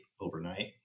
overnight